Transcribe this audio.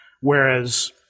Whereas